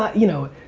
yeah you know,